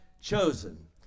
chosen